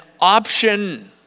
option